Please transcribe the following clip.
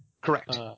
correct